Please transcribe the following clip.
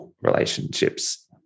relationships